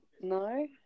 No